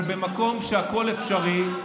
אבל במקום שהכול אפשרי,